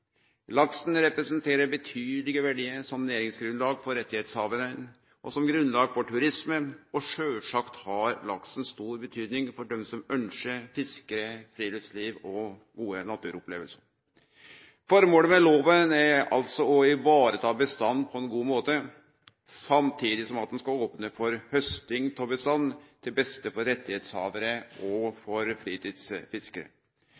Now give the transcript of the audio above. Laksen representerer betydelege verdiar som næringsgrunnlag for rettshavarane og som grunnlag for turisme, og sjølvsagt har laksen stor betyding for dei som ønskjer fiske, friluftsliv og gode naturopplevingar. Formålet med lova er å ta vare på bestanden på ein god måte, samtidig som ho skal opne for hausting av bestanden til beste for rettshavarar og